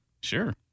Sure